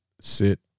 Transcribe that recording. sit